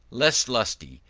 less lusty,